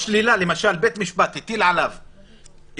למשל, בית משפט הטיל עליו שלילה,